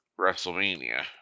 WrestleMania